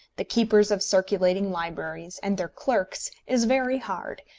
the keepers of circulating libraries, and their clerks, is very hard,